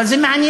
אבל זה מעניין.